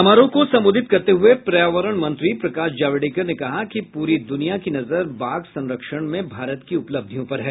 समारोह को संबोधित करते हुए पर्यावरण मंत्री प्रकाश जावड़ेकर ने कहा कि पूरी द्रनिया की नजर बाघ संरक्षण में भारत की उपलब्धियों पर है